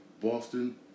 Boston